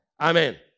Amen